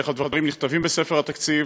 ואיך הדברים נכתבים בספר התקציב,